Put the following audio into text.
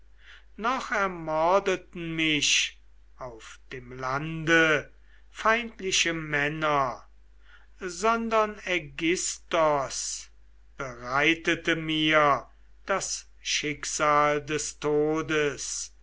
noch ermordeten mich auf dem lande feindliche männer sondern aigisthos bereitete mir das schicksal des todes